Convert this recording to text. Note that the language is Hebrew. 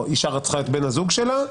או אישה רצחה את בן הזוג שלה,